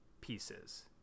pieces